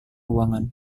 ruangan